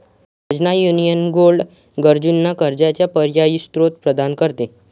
योजना, union gold loan गरजूंना कर्जाचा पर्यायी स्त्रोत प्रदान करते